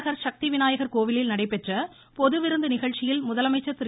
நகர் சக்தி விநாயகர் கோவிலில் நடைபெற்ற பொது விருந்து நிகழ்ச்சியில் முதலமைச்சர் திரு